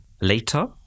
later